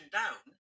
down